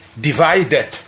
divided